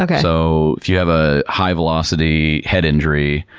like so, if you have a high velocity head injury,